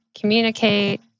communicate